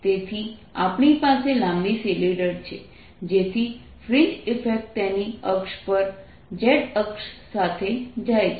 તેથી આપણી પાસે લાંબી સિલિન્ડર છે જેથી ફ્રિન્જ ઇફેક્ટ તેની અક્ષ પર z અક્ષ સાથે જાય છે